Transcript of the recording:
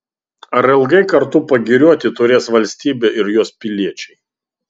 ar ilgai kartu pagirioti turės valstybė ir jos piliečiai